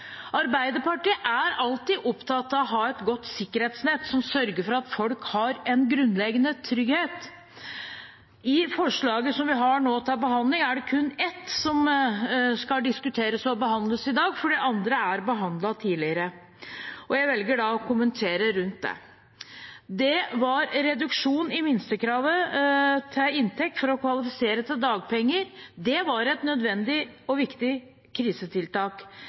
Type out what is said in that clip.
Arbeiderpartiet er alltid opptatt av å ha et godt sikkerhetsnett som sørger for at folk har en grunnleggende trygghet. I forslaget som vi nå har til behandling, er det kun ett tiltak som skal diskuteres og behandles i dag, for de andre er behandlet tidligere. Jeg velger da å kommentere rundt det. Reduksjon i minstekravet til inntekt for å kvalifisere til dagpenger var et nødvendig og viktig krisetiltak.